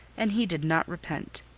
and he did not repent.